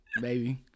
baby